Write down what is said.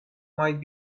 might